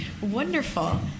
wonderful